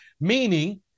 meaning